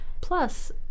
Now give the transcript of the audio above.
Plus